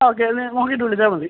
okay എന്നെ നോക്കിയിട്ട് വിളിച്ചാൽ മതി